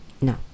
No